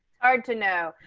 hard to know.